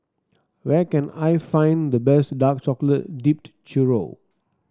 where can I find the best Dark Chocolate Dipped Churro